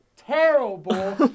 terrible